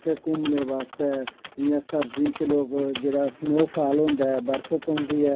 उत्थै घूमनै बास्तै इयां सर्दियें च लोक जेह्ड़ स्नोफाल होंदा ऐ बर्फ पौंदी ऐ